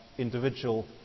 individual